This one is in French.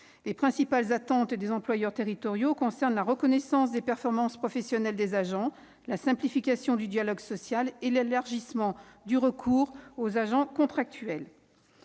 Les principales attentes des employeurs territoriaux concernent la reconnaissance des performances professionnelles des agents, la simplification du dialogue social et l'élargissement du recours aux agents contractuels.